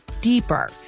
deeper